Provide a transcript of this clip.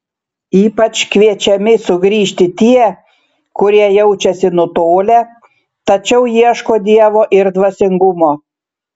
ypač kviečiami sugrįžti tie kurie jaučiasi nutolę tačiau ieško dievo ir dvasingumo